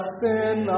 sin